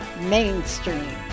mainstream